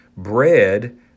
bread